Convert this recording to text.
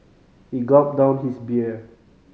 he gulped down his beer